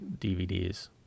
DVDs